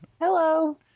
Hello